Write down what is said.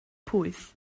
pwyth